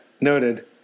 Noted